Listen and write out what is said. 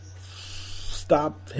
Stop